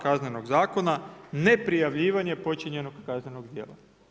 Kaznenog zakona neprijavljivanje počinjenog kaznenog djela.